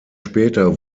später